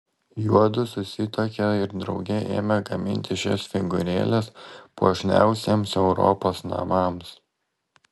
juodu susituokė ir drauge ėmė gaminti šias figūrėles puošniausiems europos namams